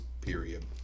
period